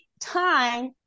time